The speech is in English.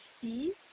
see